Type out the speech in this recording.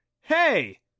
Hey